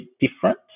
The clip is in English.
different